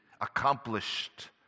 accomplished